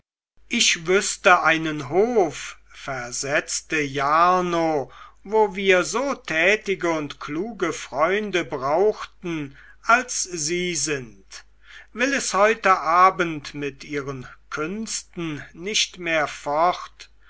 ich wüßte einen hof versetzte jarno wo wir so tätige und kluge freunde brauchten als sie sind will es heute abend mit ihren künsten nicht mehr fort